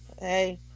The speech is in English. hey